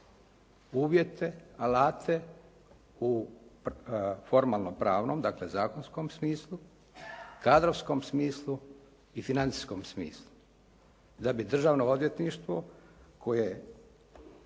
uvjete, alate u formalno-pravnom dakle zakonskom smislu, kadrovskom smislu i financijskom smislu da bi državno odvjetništvo koje